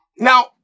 Now